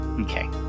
Okay